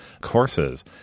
courses